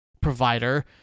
provider